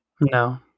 No